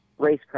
racecraft